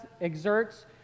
exerts